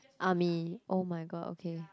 army oh-my-god okay